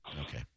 Okay